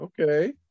okay